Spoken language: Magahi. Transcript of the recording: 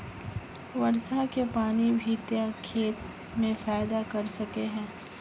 वर्षा के पानी भी ते खेत में फायदा कर सके है?